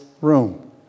room